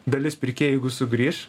dalis pirkėjų jeigu sugrįš